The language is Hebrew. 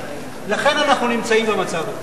לכן אנחנו נמצאים במצב הזה.